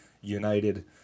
United